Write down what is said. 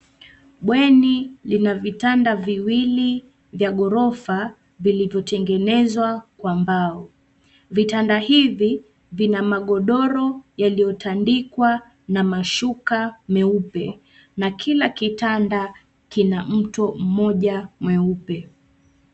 Bweni lina vitanda viwili vya ghorofa, vilivyotengenezwa kwa mbao. Vitanda hivi, vina magodoro yaliyotandikwa na mashuka meupe, na kila kitanda kina mto mmoja mweupe.